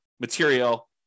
material